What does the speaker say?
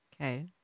okay